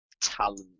talent